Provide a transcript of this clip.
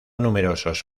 numerosos